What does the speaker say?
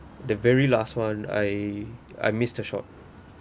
the very last [one] I I missed the shot